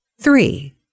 Three